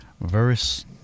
verse